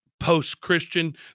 post-Christian